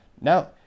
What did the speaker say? Now